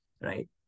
right